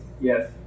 Yes